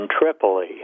Tripoli